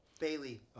Bailey